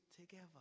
together